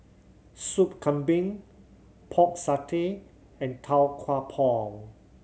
Soup Kambing Pork Satay and Tau Kwa Pau